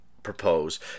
Propose